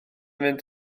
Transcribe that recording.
fynd